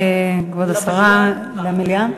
כבוד השרה, מליאה?